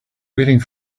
waiting